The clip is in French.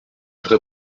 vrais